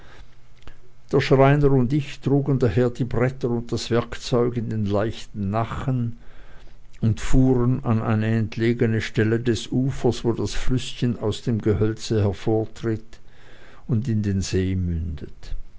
der schreiner und ich trugen daher die bretter und das werkzeug in den leichten nachen und fuhren an eine entlegene stelle des ufers wo das flüßchen aus dem gehölze hervortritt und in den see mündet